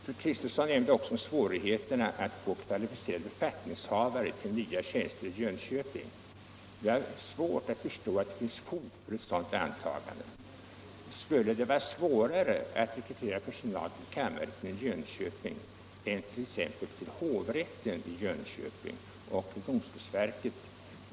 Fru Kristensson nämnde också om svårigheterna att få kvalificerade befattningshavare till nya tjänster i Jönköping. Jag har svårt att förstå att det finns fog för ett sådant antagande. Skulle det t.ex. vara svårare att rekrytera personal till kammarrätten i Jönköping än till hovrätten i Jönköping eller till domstolsverket?